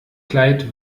kleid